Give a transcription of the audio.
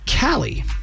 Callie